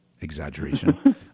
exaggeration